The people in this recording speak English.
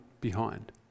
behind